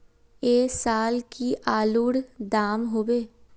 ऐ साल की आलूर र दाम होबे?